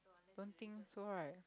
don't think so right